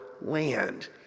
land